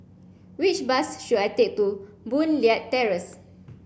which bus should I take to Boon Leat Terrace